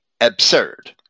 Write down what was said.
absurd